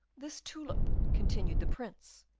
this tulip, continued the prince,